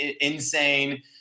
insane